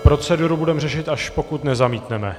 Proceduru budeme řešit, až pokud nezamítneme.